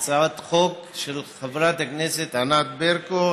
על הצעת חוק של חברת הכנסת ענת ברקו,